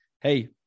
hey